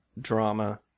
drama